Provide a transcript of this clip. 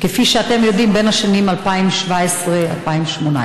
כפי שאתם יודעים, בשנים 2017 2018?